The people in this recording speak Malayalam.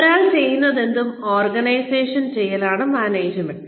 ഒരാൾ ചെയ്യുന്നതെന്തും ഓർഗനൈസ് ചെയ്യലാണ് മാനേജ്മന്റ്